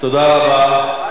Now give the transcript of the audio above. תודה רבה.